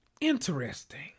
interesting